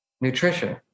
Nutrition